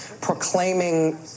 proclaiming